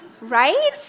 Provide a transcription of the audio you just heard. right